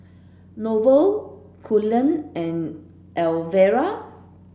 Norval Cullen and Elvera